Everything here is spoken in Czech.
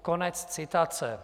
Konec citace.